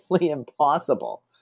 impossible